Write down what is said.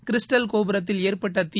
crystal கோபுரத்தில் ஏற்பட்ட தீ